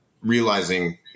realizing